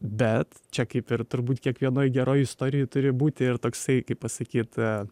bet čia kaip ir turbūt kiekvienoj geroj istorijoj turi būti ir toksai kaip pasakyt